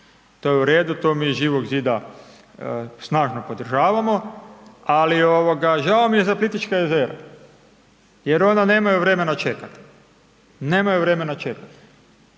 To je u redu, to mi iz Živog zida snažno podržavamo ali žao mi je za Plitvička jezera jer ona nemaju vremena čekati,